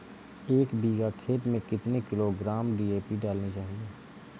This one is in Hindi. एक बीघा खेत में कितनी किलोग्राम डी.ए.पी डालनी चाहिए?